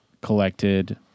collected